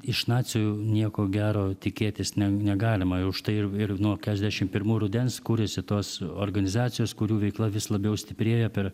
iš nacių nieko gero tikėtis ne negalima užtai ir ir nuo keturiasdešimt pirmų rudens kuriasi tos organizacijos kurių veikla vis labiau stiprėja per